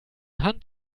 hand